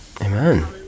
amen